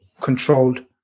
controlled